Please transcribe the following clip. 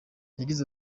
yagize